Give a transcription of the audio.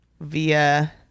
via